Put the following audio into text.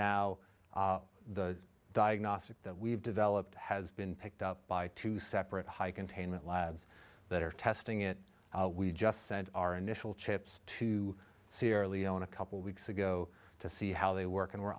now the diagnostic that we've developed has been picked up by two separate high containment labs that are testing it we just sent our initial chips to sierra leone a couple weeks ago to see how they work and we're